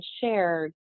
shared